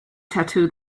tattoo